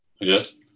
Yes